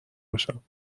باشم